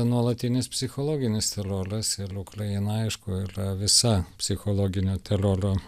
nuolatinis psichologinis teroras ir ukraina aišku yra visa psichologinio teroro